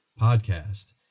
podcast